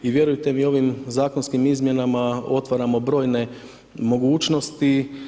I vjerujte mi ovim zakonskim izmjenama otvaramo brojne mogućnosti.